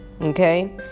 okay